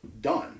done